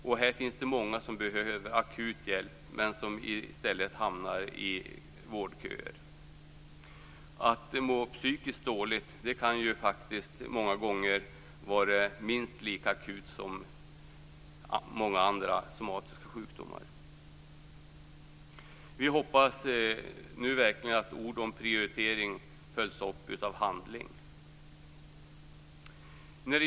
Det finns många som behöver akut hjälp men som i stället hamnar i vårdköer. Att må psykiskt dåligt kan faktiskt många gånger vara minst lika akut som när man har en somatisk sjukdom. Vi hoppas nu verkligen att ord om prioritering följs upp av handling.